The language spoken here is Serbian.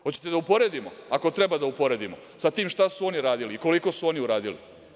Hoćete da uporedimo, ako treba da uporedimo sa tim šta su oni radili i koliko su oni uradili?